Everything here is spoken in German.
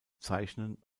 zeichnen